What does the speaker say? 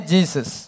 Jesus